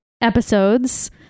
episodes